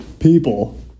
people